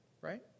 right